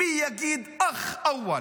מי יגיד (אומר בערבית:),